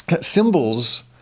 symbols